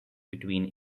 between